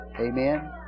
Amen